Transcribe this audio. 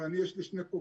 ואני יש לי כובעים,